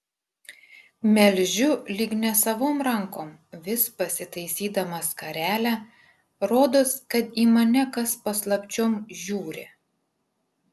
melžiu lyg nesavom rankom vis pasitaisydama skarelę rodos kad į mane kas paslapčiom žiūri